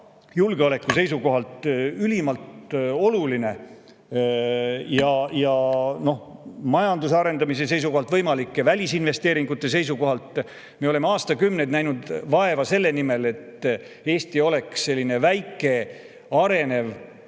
julgeoleku seisukohalt ülimalt oluline, samuti majanduse arendamise ja võimalike välisinvesteeringute seisukohalt. Me oleme aastakümneid näinud vaeva selle nimel, et väike Eesti oleks arenev,